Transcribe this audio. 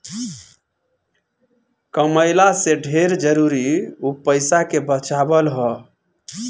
कमइला से ढेर जरुरी उ पईसा के बचावल हअ